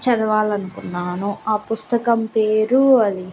చదవాలనుకున్నాను ఆ పుస్తకం పేరు అది